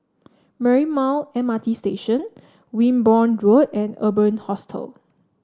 Marymount M R T Station Wimborne Road and Urban Hostel